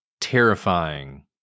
terrifying